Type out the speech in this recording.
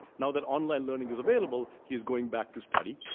now that online learning is available, he is going back to study,